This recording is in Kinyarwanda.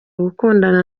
gukundana